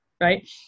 right